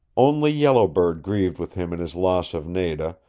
only yellow bird grieved with him in his loss of nada,